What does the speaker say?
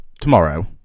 tomorrow